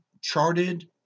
charted